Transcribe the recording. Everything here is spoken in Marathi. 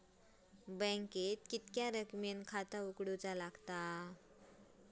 बँकेत किती रक्कम ने खाता उघडूक लागता?